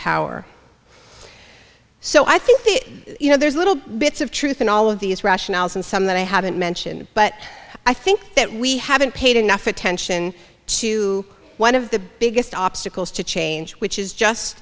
power so i think that you know there's little bits of truth in all of these rationales and some that i haven't mentioned but i think that we haven't paid enough attention to one of the biggest obstacles to change which is just